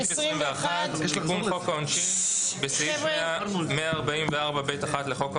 תיקון חוק העונשין 21. בסעיף 144(ב1) לחוק העונשין,